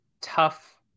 tough